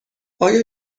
آیا